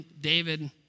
David